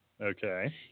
Okay